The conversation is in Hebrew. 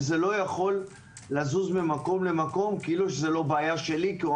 וזה לא יכול לזוז ממקום למקום כאילו זו לא בעיה שלי כי הוא